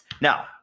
Now